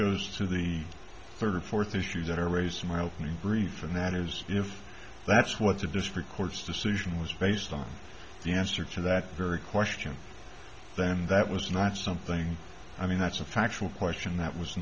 goes to the third or fourth issue that are raised in my opening brief and that is if that's what the district court's decision was based on the answer to that very question then that was not something i mean that's a factual question that was